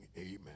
amen